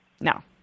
No